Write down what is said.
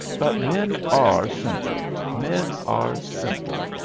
but men are simple, men are simple!